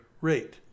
rate